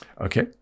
Okay